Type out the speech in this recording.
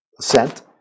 sent